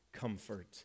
comfort